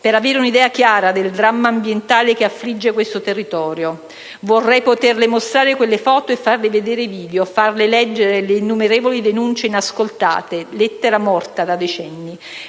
per avere un'idea chiara del dramma ambientale che affligge questo territorio. Vorrei poterle mostrare quelle foto e farle vedere i video, farle leggere le innumerevoli denunce inascoltate, lettera morta da decenni.